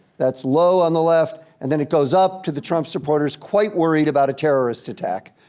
that's low on the left. and then it goes up to the trump supporters quite worried about a terrorist attack.